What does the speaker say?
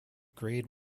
grade